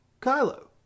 Kylo